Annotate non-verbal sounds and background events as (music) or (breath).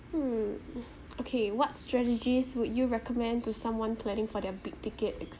hmm (breath) okay what strategies would you recommend to someone planning for their big ticket ex~